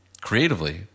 creatively